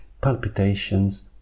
palpitations